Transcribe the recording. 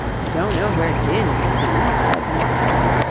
i don't know where dinn may be said the mock turtle,